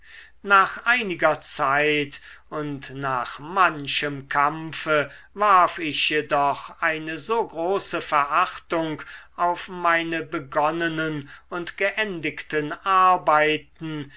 nach einiger zeit und nach manchem kampfe warf ich jedoch eine so große verachtung auf meine begonnenen und geendigten arbeiten